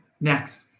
Next